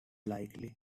likely